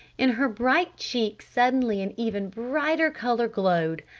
in her bright cheeks suddenly an even brighter color glowed.